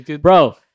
bro